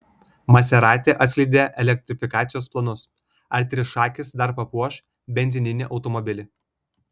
maserati atskleidė elektrifikacijos planus ar trišakis dar papuoš benzininį automobilį